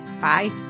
Bye